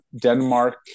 denmark